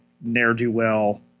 ne'er-do-well